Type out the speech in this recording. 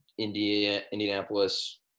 Indianapolis